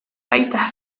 baita